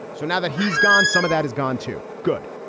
so now that he's gone, some of that has gone to good.